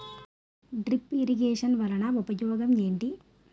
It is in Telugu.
డ్రిప్ ఇరిగేషన్ వలన ఉపయోగం ఏంటి